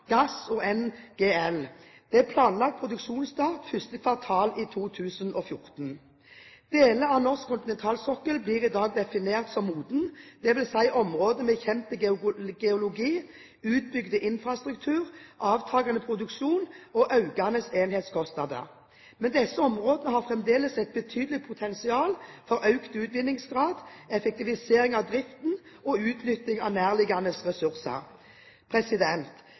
gass og NGL. Det er planlagt produksjonsstart første kvartal 2014. Deler av norsk kontinentalsokkel blir i dag definert som moden, dvs. som områder med kjent geologi, utbygd infrastruktur, avtakende produksjon og økende enhetskostnader. Men disse områdene har fremdeles et betydelig potensial for økt utvinningsgrad, effektivisering av driften og utnytting av nærliggende ressurser.